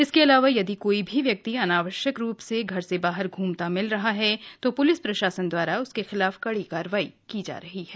इसके अलावा यदि कोई भी व्यक्ति अनावश्यक रूप से घर से बाहर घूमता मिल रहा है पुलिस प्रशासन द्वारा उसके खिलाफ कड़ी कारवाही की जा रही है